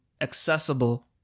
accessible